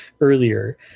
earlier